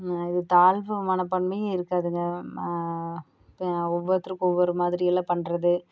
இது தாழ்வு மனப்பான்மையே இருக்காதுங்க ஒவ்வொருத்தருக்கும் ஒவ்வொரு மாதிரியெல்லாம் பண்ணுறது